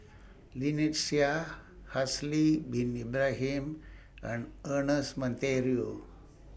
Lynnette Seah Haslir Bin Ibrahim and Ernest Monteiro